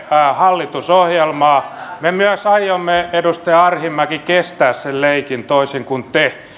hallitusohjelmaa me myös aiomme edustaja arhinmäki kestää sen leikin toisin kuin te